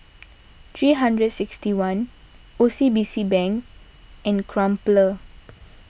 three hundred sixty one O C B C Bank and Crumpler